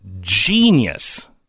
genius